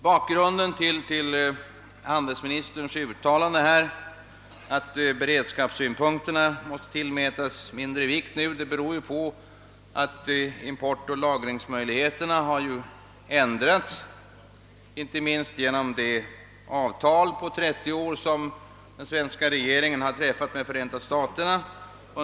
Bakgrunden till handelsministerns uttalande att beredskapssynpunkten måste tillmätas mindre vikt är att importoch lagringsmöjligheterna har ändrats, inte minst genom det avtal på 30 år som den svenska regeringen i fjol träffade med Förenta staterna.